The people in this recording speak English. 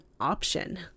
option